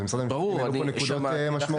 גם משרד המשפטים העלה פה נקודות משמעותיות.